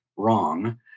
wrong